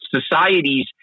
societies